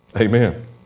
Amen